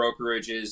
brokerages